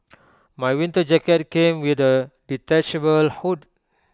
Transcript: my winter jacket came with A detachable hood